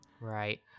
Right